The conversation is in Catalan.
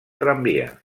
tramvia